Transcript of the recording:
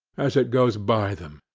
as it goes by them.